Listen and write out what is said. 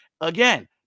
Again